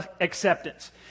acceptance